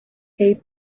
est